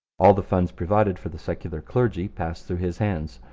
all the funds provided for the secular clergy passed through his hands.